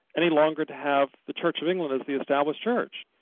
any longer to have the church of england as the established church.